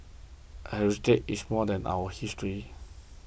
heritage is more than our history